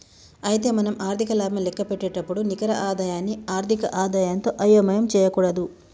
అయితే మనం ఆర్థిక లాభం లెక్కపెట్టేటప్పుడు నికర ఆదాయాన్ని ఆర్థిక ఆదాయంతో అయోమయం చేయకూడదు